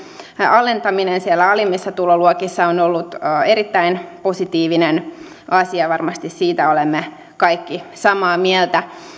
alentaminen siellä alimmissa tuloluokissa on ollut erittäin positiivinen asia varmasti siitä olemme kaikki samaa mieltä